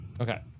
Okay